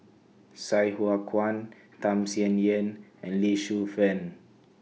Sai Hua Kuan Tham Sien Yen and Lee Shu Fen